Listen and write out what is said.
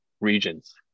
regions